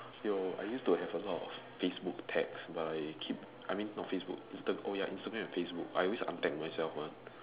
yo I used to have a lot of Facebook tags but I keep I mean not Facebook Insta oh ya Instagram and Facebook I always untag myself mah